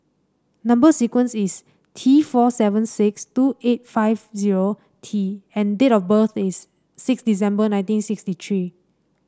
number sequence is T four seven six two eight five zero T and date of birth is six December nineteen sixty three